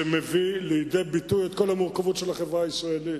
שמביא לידי ביטוי את כל המורכבות של החברה הישראלית,